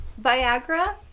Viagra